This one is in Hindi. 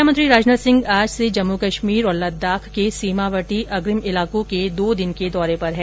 रक्षामंत्री राजनाथ सिंह आज से जम्मू कश्मीर और लद्दाख के सीमावर्ती अग्रिम इलाकों के दो दिन के दौरे पर है